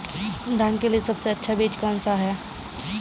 धान के लिए सबसे अच्छा बीज कौन सा है?